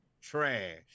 trash